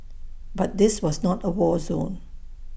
but this was not A war zone